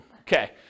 okay